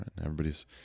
everybody's